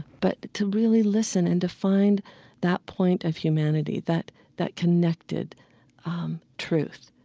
but to really listen and to find that point of humanity, that that connected truth.